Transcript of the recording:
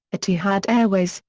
etihad airways,